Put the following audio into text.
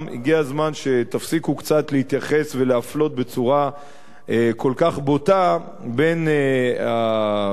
הגיע הזמן שתפסיקו קצת להתייחס ולהפלות בצורה כל כך בוטה בין המתנחלים,